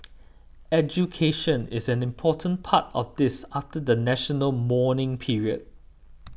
education is an important part of this after the national mourning period